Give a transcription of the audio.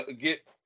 get